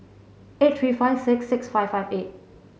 eight three five six six five five eight